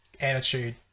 attitude